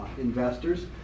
investors